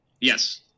Yes